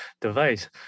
device